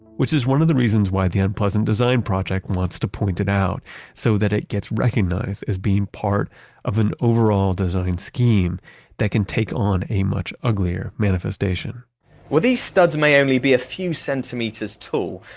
which is one of the reasons why the unpleasant design project wants to point it out so that it gets recognized as being part of an overall design scheme that can take on a much uglier manifestation well these studs may only be a few centimeters tall,